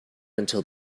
until